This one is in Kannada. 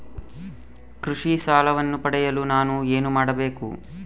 ಕೃಷಿ ಸಾಲವನ್ನು ಪಡೆಯಲು ನಾನು ಏನು ಮಾಡಬೇಕು?